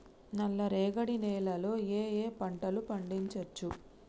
నల్లరేగడి నేల లో ఏ ఏ పంట లు పండించచ్చు?